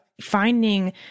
finding